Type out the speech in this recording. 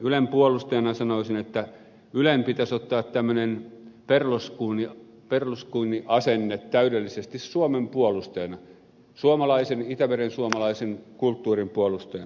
ylen puolustajana sanoisin että ylen pitäisi ottaa tämmöinen berlusconiasenne täydellisesti suomen puolustajana suomalaisen itämerensuomalaisen kulttuurin puolustajana